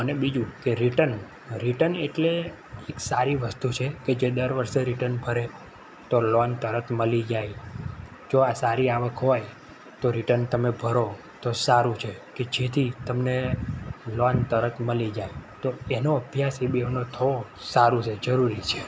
અને બીજું કે રિટન રિટન એટલે એક સારી વસ્તુ છે કે જે દર વર્ષે રિટન ભરે તો લોન તરત મળી જાય જો આ સારી આવક હોય તો રિટન તમે ભરો તો સારું છે કે જેથી તમને લોન તરત મળી જાય તો એનો અભ્યાસ એ બેઉનો થવો સારું છે જરૂરી છે